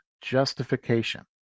justification